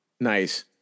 Nice